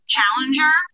Challenger